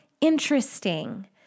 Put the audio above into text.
interesting